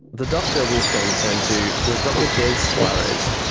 the doctor wolfgang turned to was dr des soares.